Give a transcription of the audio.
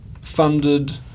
funded